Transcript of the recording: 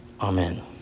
Amen